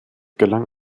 gelang